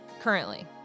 Currently